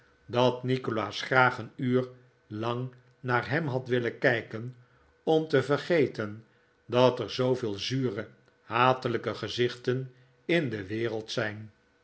dat nikolaas graag een uur lang naar hem had willen kijken om te vergeten dat er zooveel zure hatelijke gezichten in de wereld zijn